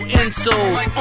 insoles